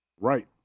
right